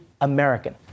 American